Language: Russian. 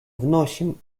вносим